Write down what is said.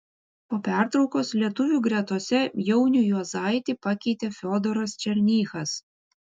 po pertraukos lietuvių gretose jaunių juozaitį pakeitė fiodoras černychas